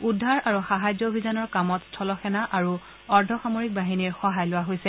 উদ্ধাৰ আৰু সাহায্য অভিযানৰ কামত স্থল সেনা আৰু অৰ্ধ সামৰিক বাহিনীৰ সহায় লোৱা হৈছে